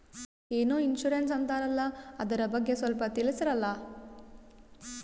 ಏನೋ ಇನ್ಸೂರೆನ್ಸ್ ಅಂತಾರಲ್ಲ, ಅದರ ಬಗ್ಗೆ ಸ್ವಲ್ಪ ತಿಳಿಸರಲಾ?